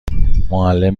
معلم